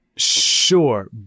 sure